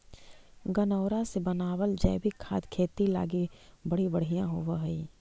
गनऔरा से बनाबल जैविक खाद खेती लागी बड़ी बढ़ियाँ होब हई